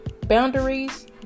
Boundaries